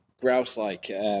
grouse-like